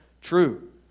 True